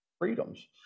freedoms